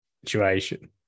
situation